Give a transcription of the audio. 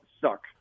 suck